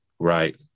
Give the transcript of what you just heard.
right